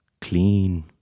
clean